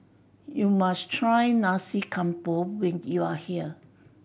you must try Nasi Campur when you are here